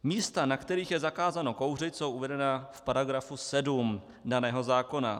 Místa, na kterých je zakázáno kouřit, jsou uvedena v § 7 daného zákona.